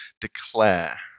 declare